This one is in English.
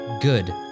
good